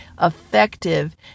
effective